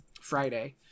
Friday